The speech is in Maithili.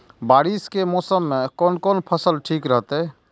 बारिश के मौसम में कोन कोन फसल ठीक रहते?